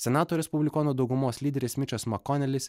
senato respublikonų daugumos lyderis mičas makonelis